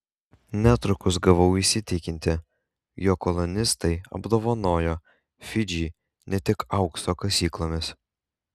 netrukus gavau įsitikinti jog kolonistai apdovanojo fidžį ne tik aukso kasyklomis